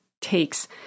takes